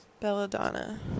Belladonna